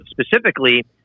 specifically